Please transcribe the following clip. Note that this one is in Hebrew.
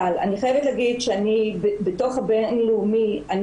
אבל אני חייבת להגיד שבתוך הבינלאומי אני